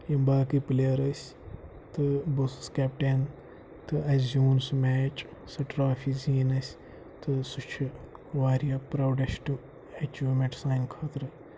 یِم باقٕے پٕلیر ٲسۍ تہٕ بہٕ اوسُس کٮ۪پٹین تہٕ اَسہِ زیوٗن سُہ میچ سۄ ٹرافی زیٖنۍ اَسہِ تہٕ سُہ چھُ واریاہ پراوڈسٹہٕ ایچیٖومینٹ سانہِ خٲطرٕ